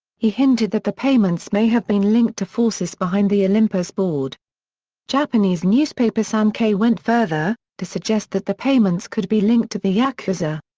he hinted that the payments may have been linked to forces behind the olympus board japanese newspaper sankei went further, to suggest that the payments could be linked to the yakuza.